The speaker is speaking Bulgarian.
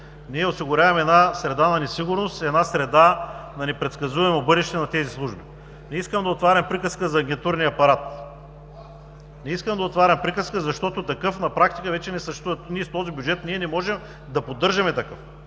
Ние осигуряваме една среда на несигурност и непредсказуемо бъдеще на тези служби. Не искам да отварям приказка за агентурния апарат. (Реплики от ГЕРБ.) Не искам да отварям приказка, защото такъв на практика вече не съществува. С този бюджет ние не можем да поддържаме такъв.